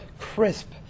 crisp